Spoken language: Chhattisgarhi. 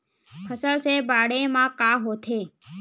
फसल से बाढ़े म का होथे?